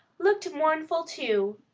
looked mournful too,